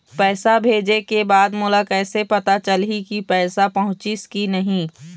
पैसा भेजे के बाद मोला कैसे पता चलही की पैसा पहुंचिस कि नहीं?